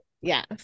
Yes